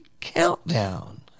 Countdown